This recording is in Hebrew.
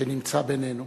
שנמצא בינינו.